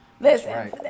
Listen